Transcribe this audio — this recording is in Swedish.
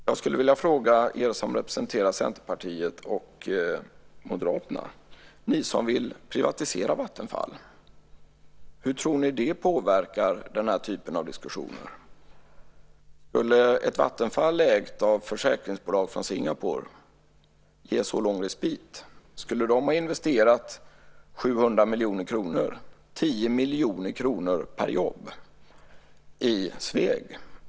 Jag skulle vilja ställa en fråga till er som representerar Centerpartiet och Moderaterna, ni som vill privatisera Vattenfall. Hur tror ni det påverkar den här typen av diskussioner? Skulle ett Vattenfall ägt av ett försäkringsbolag från Singapore ge så lång respit? Skulle de ha investerat 700 miljoner kronor, 10 miljoner kronor per jobb, i Sveg?